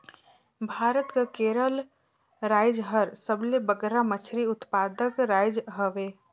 भारत कर केरल राएज हर सबले बगरा मछरी उत्पादक राएज हवे